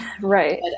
Right